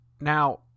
Now